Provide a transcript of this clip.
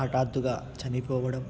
హఠాత్తుగా చనిపోవడం